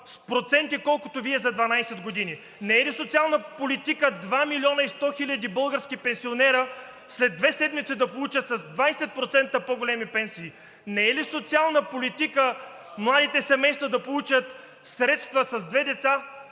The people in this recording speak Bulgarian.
проценти с колкото Вие за 12 години? Не е ли социална политика два милиона и сто хиляди български пенсионера след две седмици да получат с 20% по-големи пенсии? Не е ли социална политика младите семейства с две деца да получат средства повече